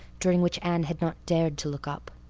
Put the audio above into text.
during which anne had not dared to look up.